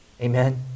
Amen